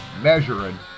measuring